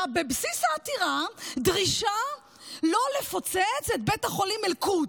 ובבסיס העתירה דרישה לא לפוצץ את בית החולים אל-קודס.